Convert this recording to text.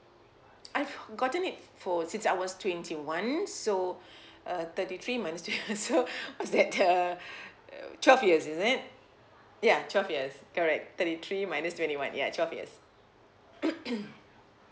I've gotten it for since I was twenty one so uh thirty three minus twenty one so is that ah uh twelve years isn't it ya twelve years correct thirty three minus twenty one ya twelve years